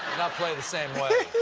not play the same way.